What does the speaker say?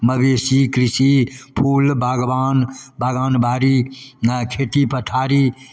मवेशी कृषि फूल बागवान बगान बाड़ी हँ खेती पथारी